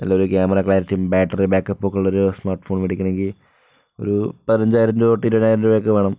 നല്ലൊരു ക്യാമറ ക്ലാരിറ്റിയും battery backup ഉള്ളരു സ്മാർട്ഫോൺ വേടിക്കണമെങ്കിൽ ഒരു പതിനഞ്ചായിരം രൂപ തൊട്ട് ഇരുപതിനായിരം രൂപ ഒക്കെ വേണം